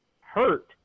hurt